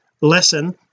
lesson